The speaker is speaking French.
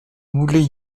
moulay